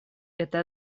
это